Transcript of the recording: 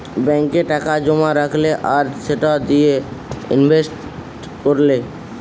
ব্যাংকে টাকা জোমা রাখলে আর সেটা দিয়ে ইনভেস্ট কোরলে